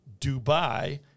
Dubai